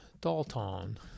Dalton